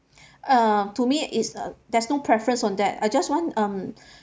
uh to me it's uh there's no preference on that I just want um